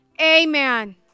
amen